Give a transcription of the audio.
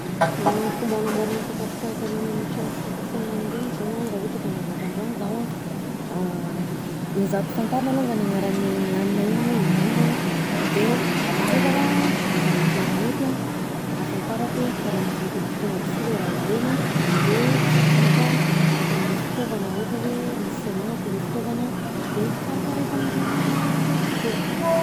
Fomba hanamboarana sakafo tahaka ireny amin'ny tragno fisakafoanana reny zao an, raha ohatra ka hanamboatra antragno zaho hezahako fantarina alonga anaran'ny hanina iny hoe ino an, de avekeo zaho an, mizaha internet an, ahafantarako hoe karanzao ,togno aby si le raha ilaina de vidiko an miaraka amle fitaovana ohatra misy tsy ananako ilay fitaovnana an, de karakaraiko amjegny izy avekeo.